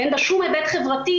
ואין בו שום היבט חברתי,